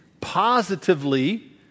positively